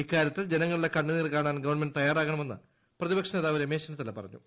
ഇക്കാര്യത്തിൽ ജനങ്ങളുടെ കണ്ണുനീർ കാണാൻ ഗവൺമെന്റ് തയ്യാറാകണമെന്ന് പ്രതിപക്ഷ നേതാവ് രമേശ് ചെന്നിത്തല പറഞ്ഞു